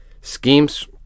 Schemes